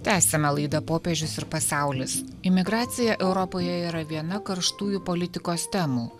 tęsiame laidą popiežius ir pasaulis imigracija europoje yra viena karštųjų politikos temų